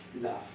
love